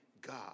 God